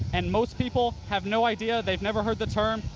and most people have no idea, they've never heard the term,